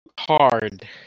hard